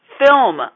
film